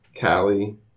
Callie